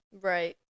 Right